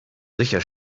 sicher